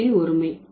பன்மையில் ஒருமை